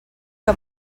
que